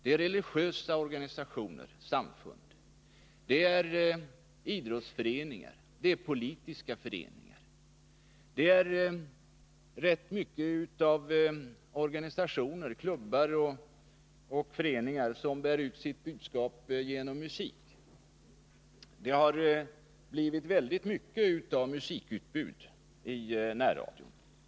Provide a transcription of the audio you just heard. Det är religiösa organisationer och samfund. Det är idrottsföreningar och politiska föreningar. Det är rätt många organisationer, klubbar och föreningar som bär ut sitt budskap genom musik, och det har blivit ett väldigt stort musikutbud i närradion.